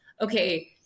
okay